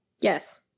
Yes